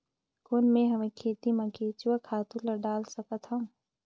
कौन मैं हवे खेती मा केचुआ खातु ला डाल सकत हवो?